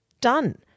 done